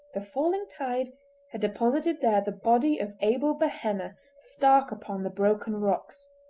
the falling tide had deposited there the body of abel behenna stark upon the broken rocks.